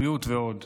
בריאות ועוד.